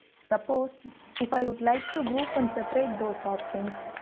suppose if i would like to group and separate those options,